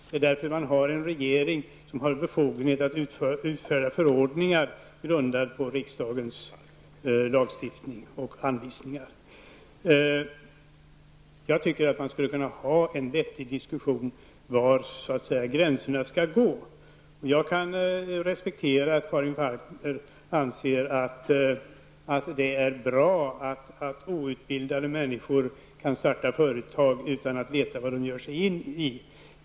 Därför har vi en regering som har befogenhet att utfärda förordningar grundade på riksdagens anvisningar. Jag tycker att vi skulle kunna föra en vettig diskussion om var gränserna skall gå. Jag kan respektera att Karin Falkmer anser att det är bra att outbildade människor kan starta företag utan att veta vad de ger sig in i.